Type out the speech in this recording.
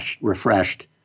refreshed